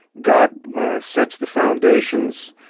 god sets the foundations.